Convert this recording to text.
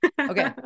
Okay